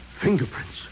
Fingerprints